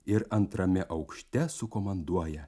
ir antrame aukšte sukomanduoja